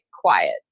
quiet